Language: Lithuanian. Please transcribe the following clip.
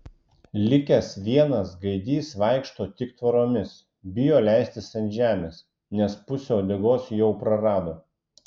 likęs vienas gaidys vaikšto tik tvoromis bijo leistis ant žemės nes pusę uodegos jau prarado